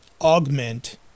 augment